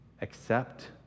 Accept